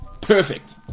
Perfect